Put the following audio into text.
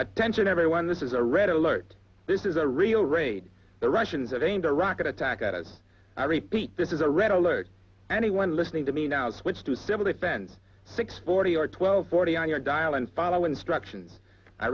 attention everyone this is a red alert this is a real raid the russians ain't a rocket attack and as i repeat this is a red alert anyone listening to me now switch to civil defense six forty or twelve forty on your dial and follow instructions i